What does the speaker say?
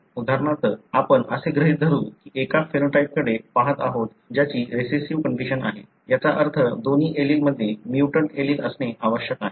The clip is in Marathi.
उदाहरणार्थ आपण असे गृहीत धरू की एका फेनोटाइपकडे पहात आहोत ज्याची रिसेस्सीव्ह कंडिशन आहे याचा अर्थ दोन्ही एलीलमध्ये म्युटंट एलील असणे आवश्यक आहे